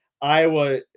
Iowa